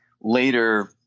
later